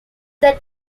that